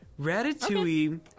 Ratatouille